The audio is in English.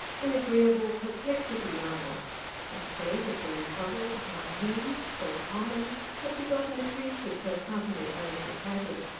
an agreeable perplexity rather a state of being puzzled how he, so common, had begotten a creature so subtly aristocratic.